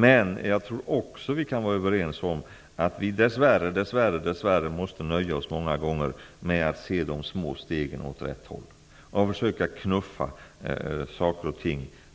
Men jag tror också att vi kan vara överens om att vi dess värre många gånger måste nöja oss med att åse de små stegen åt rätt håll och försöka knuffa